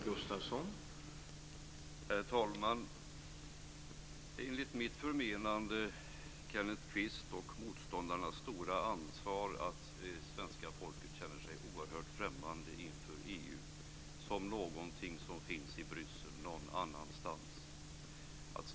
Herr talman! Enligt mitt förmenande har Kenneth Kvist och EU-motståndarna ett stort ansvar för att svenska folket känner sig oerhört främmande inför EU och anser att EU är någonting som finns i Bryssel, dvs. någon annanstans.